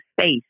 space